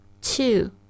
Two